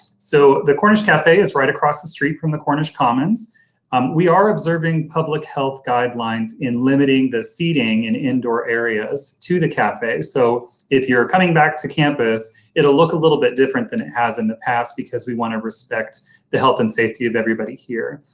so the cornish cafe is right across the street from the cornish commons we are observing public health guidelines in limiting the seating in indoor areas to the cafes, so if you're coming back to campus it'll look a little bit different than it has in the past because we want to respect the health and safety of everybody here.